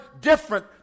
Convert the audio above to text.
different